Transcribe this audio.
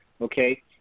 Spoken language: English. Okay